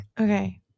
Okay